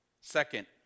Second